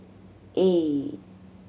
eight